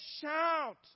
shout